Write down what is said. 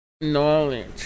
Knowledge